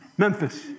Memphis